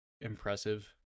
impressive